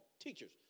Teachers